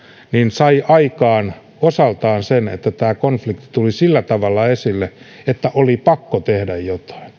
sai osaltaan aikaan sen että tämä konflikti tuli sillä tavalla esille että oli pakko tehdä jotain